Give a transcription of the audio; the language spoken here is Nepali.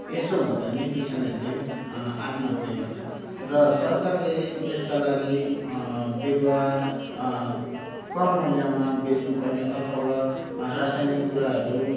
यसो हुँदा नै किसानहरूले आत्महत्या गर्छन् र सरकारले यसका लागि बिरुवा कम मूल्यमा बेच्नुपर्ने अथवा रासायानिक कुराहरू